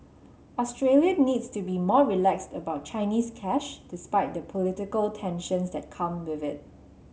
Australia needs to be more relaxed about Chinese cash despite the political tensions that come with it